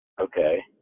okay